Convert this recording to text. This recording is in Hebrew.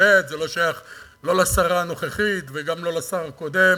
ובהחלט זה לא שייך לא לשרה הנוכחית וגם לא לשר הקודם: